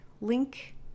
link